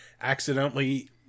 accidentally